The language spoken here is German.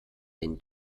den